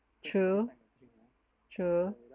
true true